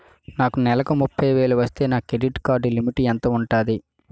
నాకు నెలకు ముప్పై వేలు వస్తే నా క్రెడిట్ కార్డ్ లిమిట్ ఎంత ఉంటాది?